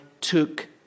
took